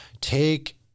take